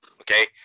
Okay